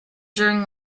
during